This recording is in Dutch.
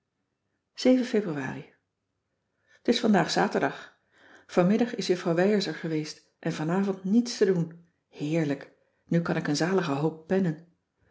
februari t is vandaag zaterdag vanmiddag is juffrouw weijers er geweest en vanavond niets te doen heerlijk nu kan ik een zalige hoop pennen